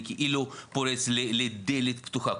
אני כאילו פורץ לדלת פתוחה.